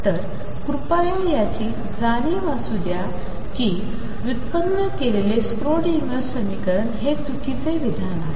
तर कृपया याची जाणीव असू द्या की व्युत्पन्न केलेले स्क्रोडिंगर समीकरण हे चुकीचे विधान आहे